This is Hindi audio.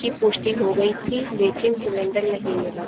की पुष्टि हो गई थी लेकिन सिलेंडर नहीं मिला